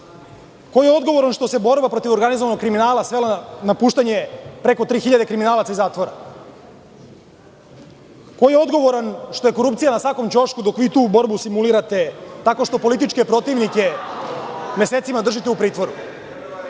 Ko je odgovoran što se borba protiv organizovanog kriminala svela na puštanje preko 3000 kriminalaca iz zatvora? Ko je odgovoran što je korupcija na svakom ćošku dok vi tu borbu simulirate tako što političke protivnike mesecima držite u pritvoru? Ove